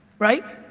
right?